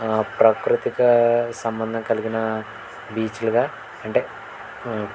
ప్రాకృతిక సంబంధం కలిగిన బీచ్లుగా అంటే